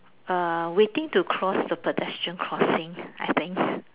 err waiting to cross the pedestrian crossing I think